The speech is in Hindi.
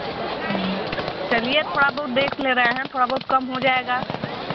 चलिए थोड़ा बहुत देख ले रहे हैं हम थोड़ा बहुत कम हो जाएगा